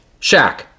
Shaq